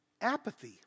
apathy